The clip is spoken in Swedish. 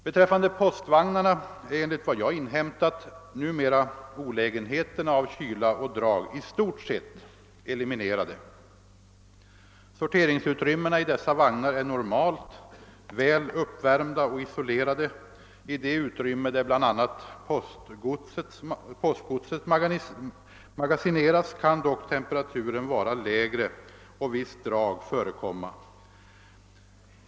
Beträffande postvagnarna är enligt vad jag inhämtat numera olägenheterna av kyla och drag i stort sett eliminerade. Sorteringsutrymmena i dessa vagnar är normalt väl uppvärmda och isolerade. I det utrymme där bl.a. postgodset magasineras kan dock temperaturen vara lägre och visst drag förekomma.